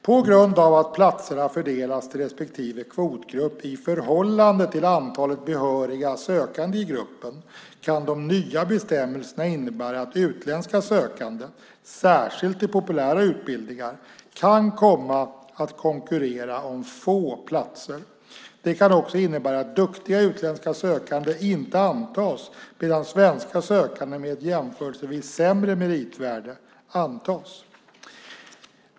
På grund av att platserna fördelas till respektive kvotgrupp i förhållande till antalet behöriga sökande i gruppen kan de nya bestämmelserna innebära att utländska sökande, särskilt till populära utbildningar, kan komma att konkurrera om få platser. Det kan också innebära att duktiga utländska sökande inte antas medan svenska sökande med ett jämförelsevis sämre meritvärde antas.